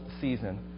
season